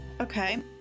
Okay